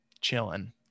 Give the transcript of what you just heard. chilling